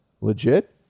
legit